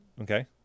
okay